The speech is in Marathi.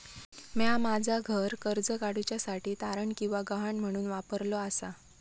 म्या माझा घर कर्ज काडुच्या साठी तारण किंवा गहाण म्हणून वापरलो आसा